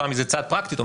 זו הצעה פרקטית,